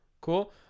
Cool